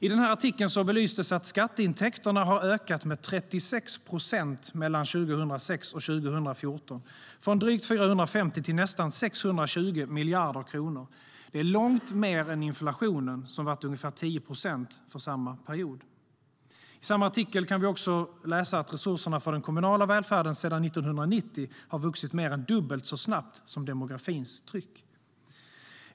I artikeln belystes att skatteintäkterna har ökat med 36 procent mellan 2006 och 2014, från drygt 450 till nästan 620 miljarder kronor, långt mer än inflationen som varit ungefär 10 procent för samma period. I samma artikel kan vi läsa att resurserna för den kommunala välfärden sedan 1990 har vuxit mer än dubbelt så snabbt som demografins tryck.